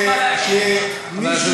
באסל, מי מכתיב לך, מי מכתיב לך מה להגיד?